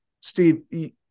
Steve